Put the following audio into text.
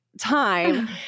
time